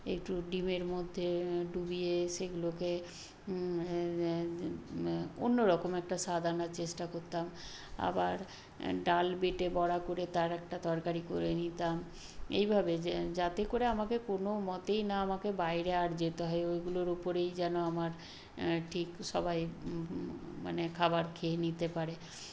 একটু ডিমের মধ্যে ডুবিয়ে সেগুলোকে অন্যরকম একটা স্বাদ আনার চেষ্টা করতাম আবার ডাল বেটে বড়া করে তার একটা তরকারি করে নিতাম এইভাবে যাতে করে আমাকে কোনোমতেই না আমাকে বাইরে আর যেতে হয় ওইগুলোর উপরেই যেন আমার ঠিক সবাই মানে খাবার খেয়ে নিতে পারে